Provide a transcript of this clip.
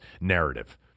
narrative